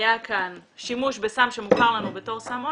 היה כאן שימוש בסם שמוכר לנו בתור סם אונס,